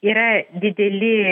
yra dideli